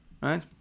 Right